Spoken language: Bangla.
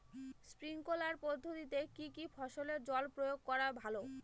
স্প্রিঙ্কলার পদ্ধতিতে কি কী ফসলে জল প্রয়োগ করা ভালো?